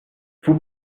vous